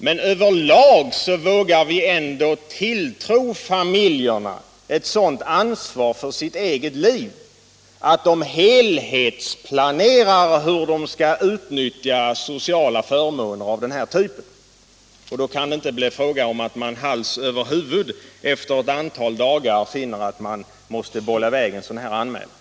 Men vi vågar ändå över lag tilltro familjerna ett sådant ansvar för sitt eget liv att de helhetsplanerar hur de skall utnyttja sociala förmåner av den här typen, och då kan det inte bli fråga om att man hals över huvud efter ett antal dagar finner att man måste skicka in en sådan anmälan.